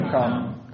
come